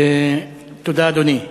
תודה, אדוני.